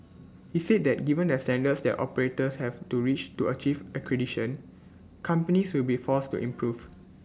he said that given the standards that operators have to reach to achieve accreditation companies will be forced to improve